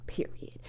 period